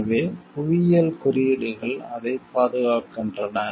எனவே புவியியல் குறியீடுகள் அதைப் பாதுகாக்கின்றன